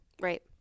Right